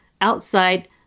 outside